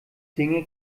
dinge